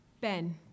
Ben